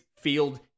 field